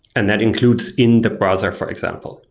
and that includes in the browser, for example.